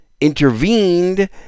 intervened